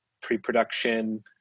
pre-production